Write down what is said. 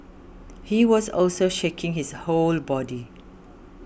he was also shaking his whole body